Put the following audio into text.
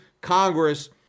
Congress